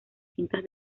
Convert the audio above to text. cintas